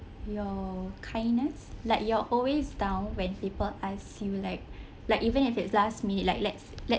your kindness like you're always down when people ask you like like even if it's last minute like let's let's